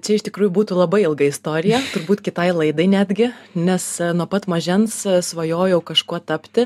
čia iš tikrųjų būtų labai ilga istorija turbūt kitai laidai netgi nes nuo pat mažens svajojau kažkuo tapti